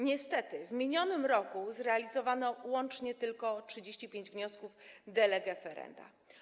Niestety w minionym roku zrealizowano łącznie tylko 35 wniosków de lege ferenda.